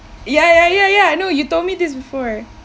ya ya ya ya no you told me this before right